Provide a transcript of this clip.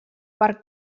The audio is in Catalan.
per